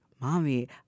Mommy